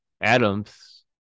Adams